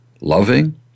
loving